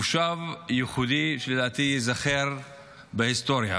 מושב ייחודי שלדעתי ייזכר בהיסטוריה.